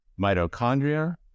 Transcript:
mitochondria